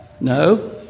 No